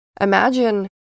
Imagine